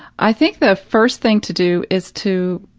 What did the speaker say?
i think the first thing to do is to,